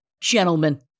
Gentlemen